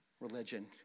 religion